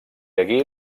hagué